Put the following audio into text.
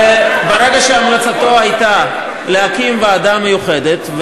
וברגע שהמלצתו הייתה להקים ועדה מיוחדת,